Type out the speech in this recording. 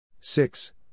six